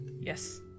yes